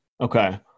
Okay